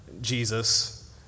Jesus